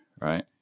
right